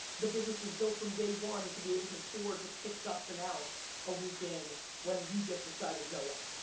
the business was built from day one to be able to afford to kick dustin out a week in when you just decided no way,